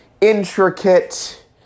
intricate